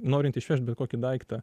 norint išvežt bet kokį daiktą